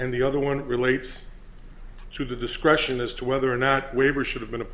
and the other one relates to the discretion as to whether or not waiver should have been a